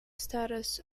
status